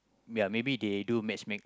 ya maybe they do matchmake